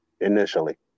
initially